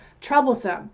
troublesome